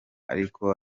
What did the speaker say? ariko